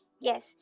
Yes